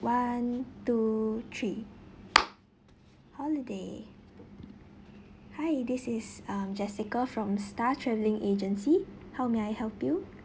one two three holiday hi this is um jessica from star travelling agency how may I help you